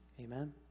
Amen